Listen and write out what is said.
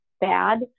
bad